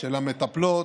של המטפלות,